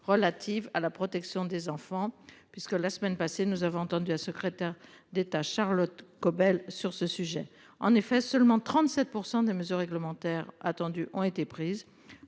relatives à la protection des enfants puisque la semaine passée, nous avons entendu la secrétaire d'État Charlotte Caubel sur ce sujet en effet seulement 37% des mesures réglementaires attendus ont été prises.